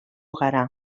gara